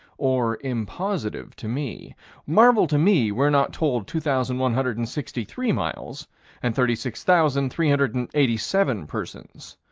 or impositive, to me marvel to me we're not told two thousand one hundred and sixty three miles and thirty six thousand three hundred and eighty seven persons.